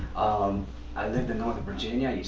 um i lived in northern virginia.